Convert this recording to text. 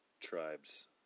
tribes